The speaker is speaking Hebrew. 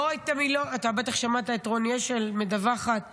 אתה בטח שמעת את רוני אשל מדווחת